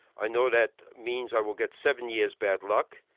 i know that means i will get seven years' bad luck,